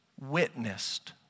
witnessed